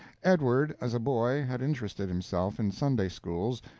edward, as a boy, had interested himself in sunday-schools,